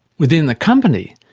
within the company,